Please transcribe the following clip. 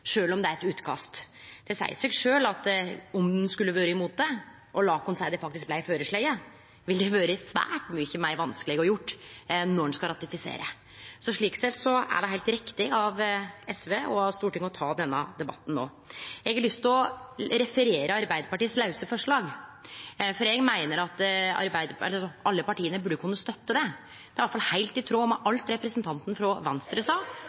om det er eit utkast. Det seier seg sjølv at om ein skulle vore imot det – lat oss seie at det faktisk blei føreslått – så ville det vore svært mykje vanskelegare å gjere det enn å ratifisere. Slik sett er det heilt riktig av SV, og av Stortinget, å ta denne debatten nå. Eg har lyst til å referere Arbeidarpartiets lause forslag, for eg meiner at alle partia burde kunne støtte det. Det er iallfall heilt i tråd med alt representanten frå Venstre sa,